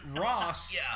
Ross